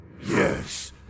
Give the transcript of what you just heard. Yes